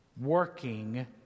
working